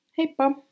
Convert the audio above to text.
Heippa